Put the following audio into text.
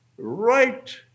right